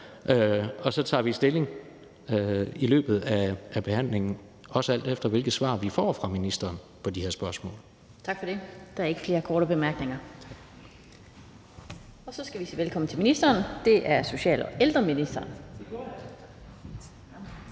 og så tager vi stilling i løbet af behandlingen, også alt efter hvilke svar vi får fra ministeren på de her spørgsmål. Kl. 12:14 Den fg. formand (Annette Lind): Tak for det. Der er ikke flere korte bemærkninger. Så skal vi sige velkommen til social- og ældreministeren.